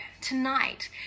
tonight